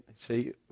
see